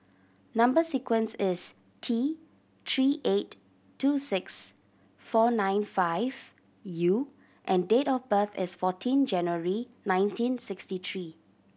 number sequence is T Three eight two six four nine five U and date of birth is fourteen January nineteen sixty three